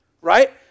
right